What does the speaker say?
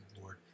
Lord